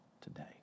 today